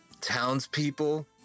townspeople